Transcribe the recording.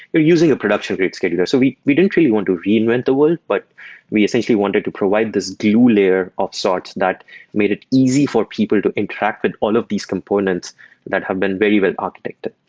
we're using a production create scheduler. so we we didn't really want to reinvent the world, but we essentially wanted to provide this glue layer of sorts that made it easy for people to interact with all of these components that have been very well architected.